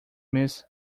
miss